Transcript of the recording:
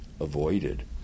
avoided